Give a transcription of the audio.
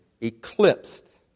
eclipsed